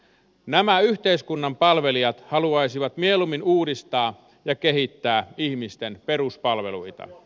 nämä yhteiskunnan palvelijat haluaisivat mieluummin uudistaa ja kehittää ihmisten peruspalveluita